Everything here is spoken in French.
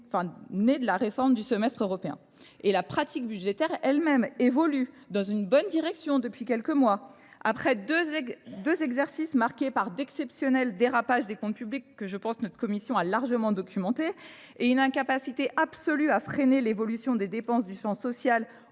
né de la réforme du semestre européen. Et la pratique budgétaire elle-même évolue dans une bonne direction depuis quelques mois. Après deux exercices marqués par d'exceptionnels dérapages des comptes publics que je pense que notre Commission a largement documenté et une incapacité absolue à freiner l'évolution des dépenses du champ social